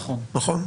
נכון.